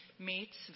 meets